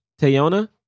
Tayona